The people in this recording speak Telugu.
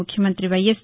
ముఖ్యమంత్రి వైఎస్